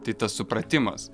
tai tas supratimas